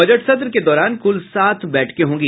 budget सत्र के दौरान कुल सात बैठकें होगी